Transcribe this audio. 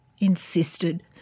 insisted